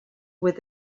with